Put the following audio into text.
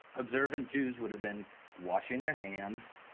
observing jewish would have been washing their hands,